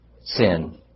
sin